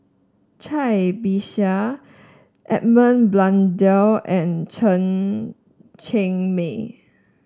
Cai Bixia Edmund Blundell and Chen Cheng Mei